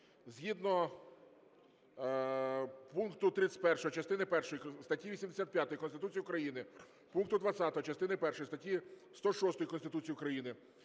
Згідно пункту 31 частини першої статті 85 Конституції України, пункту 20 частини першої статті 106 Конституції України,